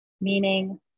meaning